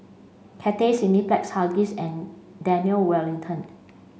Cathay Cineplex Huggies and Daniel Wellington